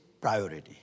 priority